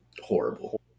horrible